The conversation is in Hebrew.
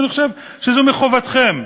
אני חושב שזה מחובתכם,